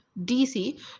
DC